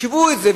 השוו את זה,